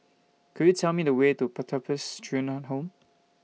Could YOU Tell Me The Way to Pertapis Children Home